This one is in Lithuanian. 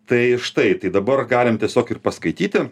tai štai tai dabar galim tiesiog ir paskaityti